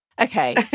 Okay